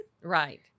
Right